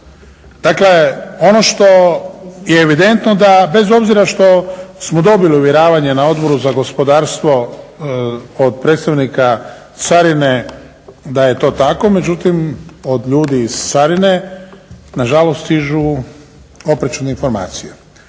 Dakle, ono što je evidentno da bez obzira što smo dobili uvjeravanje na Odboru za gospodarstvo od predstavnika carine da je to tako. Međutim, od ljudi iz carine nažalost stižu oprečne informacije.